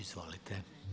Izvolite.